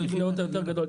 כמה שהיא תהיה יותר גדולה,